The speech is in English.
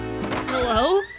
Hello